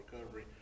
recovery